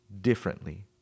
differently